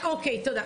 תודה.